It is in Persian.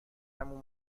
عمو